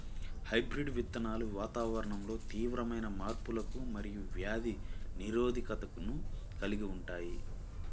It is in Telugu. హైబ్రిడ్ విత్తనాలు వాతావరణంలో తీవ్రమైన మార్పులకు మరియు వ్యాధి నిరోధకతను కలిగి ఉంటాయి